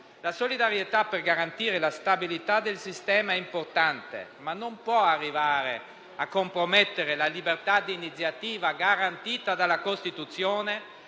La solidarietà per garantire la stabilità del sistema è importante, ma non può arrivare a compromettere la libertà di iniziativa garantita dalla Costituzione